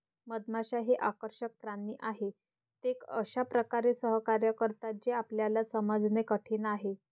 मधमाश्या हे आकर्षक प्राणी आहेत, ते अशा प्रकारे सहकार्य करतात जे आपल्याला समजणे कठीण आहे